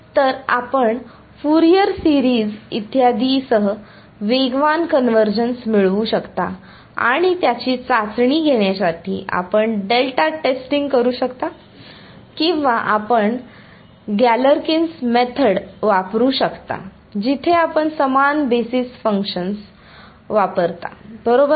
तर आपण Fourier series इत्यादीसह वेगवान कन्वर्जन्स मिळवू शकता आणि त्याची चाचणी घेण्यासाठी आपण डेल्टा टेस्टिंग करू शकता किंवा आपण गॅलरकिन्स मेथड वापरू शकता जिथे आपण समान बेसिस फंक्शन्स वापरता बरोबर